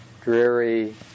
dreary